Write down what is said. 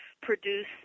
produce